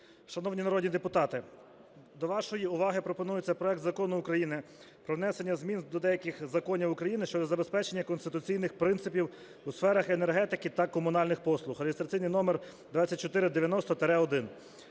Шановні народні депутати, до вашої уваги пропонується проект Закону України про внесення змін до деяких законів України щодо забезпечення конституційних принципів у сферах енергетики та комунальних послуг (реєстраційний номер 2490-1).